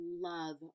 love